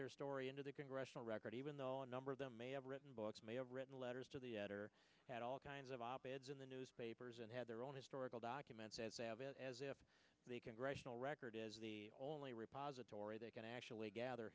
their story into the congressional record even though number of them may have written books may have written letters to the editor had all kinds of op eds in the newspapers and had their own historical document says they have it as if the congressional record is the only repository they can actually gather